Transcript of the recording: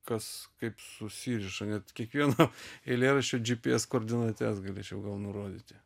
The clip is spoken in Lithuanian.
kas kaip susiriša net kiekvieno eilėraščio dži pi es koordinates galėčiau nurodyti